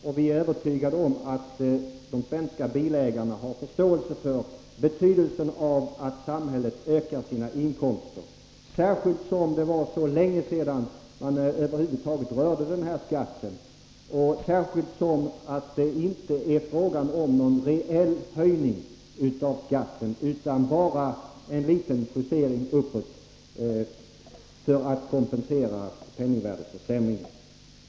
Vi är också övertygade om att de svenska bilägarna har förståelse för betydelsen av att samhället ökar sina inkomster, särskilt som det var så länge sedan man över huvud taget rörde den här skatten. Det är nu inte heller fråga om någon reell höjning av skatten utan bara om en liten justering uppåt för att kompensera penningvärdeförsämringen.